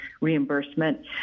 reimbursement